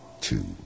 Two